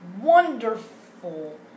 wonderful